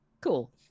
Cool